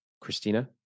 Christina